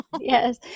Yes